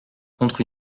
contre